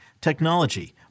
technology